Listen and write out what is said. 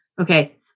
okay